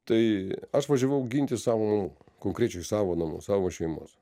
tai aš važiavau ginti savo namų konkrečiai savo namų savo šeimos